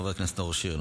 חבר הכנסת נאור שירי,